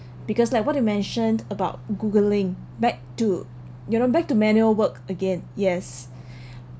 because like what you mentioned about googling back to you know back to manual work again yes